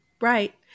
Right